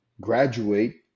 graduate